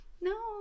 no